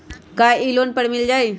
का इ लोन पर मिल जाइ?